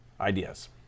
ideas